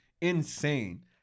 insane